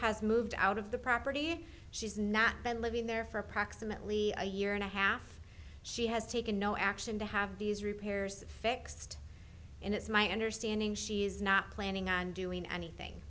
has moved out of the property she's not been living there for approximately a year and a half she has taken no action to have these repairs fixed and it's my understanding she's not planning on doing anything